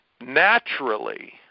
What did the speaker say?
naturally